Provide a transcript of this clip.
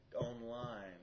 Online